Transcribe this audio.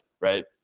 right